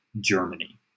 Germany